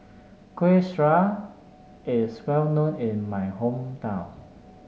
Kuih Syara is well known in my hometown